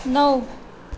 नौ